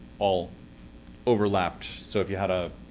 all overlapped. so if you had a